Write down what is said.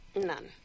None